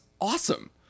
awesome